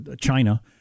China